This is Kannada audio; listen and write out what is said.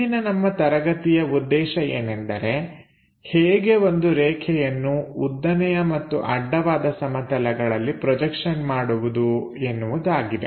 ಇಂದಿನ ನಮ್ಮ ತರಗತಿಯ ಉದ್ದೇಶ ಏನೆಂದರೆ ಹೇಗೆ ಒಂದು ರೇಖೆಯನ್ನು ಉದ್ದನೆಯ ಮತ್ತು ಅಡ್ಡವಾದ ಸಮತಲಗಳಲ್ಲಿ ಪ್ರೊಜೆಕ್ಷನ್ ಮಾಡುವುದು ಎನ್ನುವುದು ಆಗಿದೆ